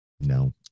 no